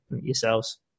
yourselves